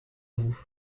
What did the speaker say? vous